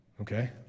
okay